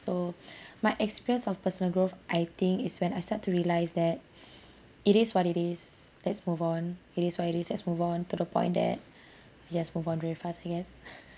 so my experience of personal growth I think is when I start to realize that it is what it is let's move on it is what it is let's move on to the point that just move on very fast I guess